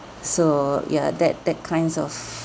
so ya that that kinds of